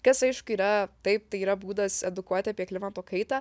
kas aišku yra taip tai yra būdas edukuoti apie klimato kaitą